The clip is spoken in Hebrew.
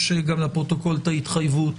יש לפרוטוקול את ההתחייבות